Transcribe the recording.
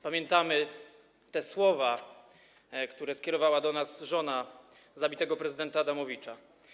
Pamiętamy te słowa, które skierowała do nas żona zabitego prezydenta Adamowicza.